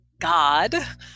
God